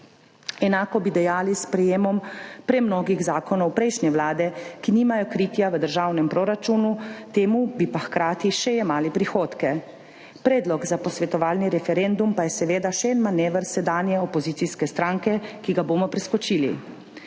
Enako bi dejali s sprejemom premnogih zakonov prejšnje vlade, ki nimajo kritja v državnem proračunu, temu bi pa hkrati še jemali prihodke. Predlog za posvetovalni referendum pa je seveda še en manever sedanje opozicijske stranke, ki ga bomo preskočili.